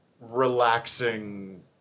relaxing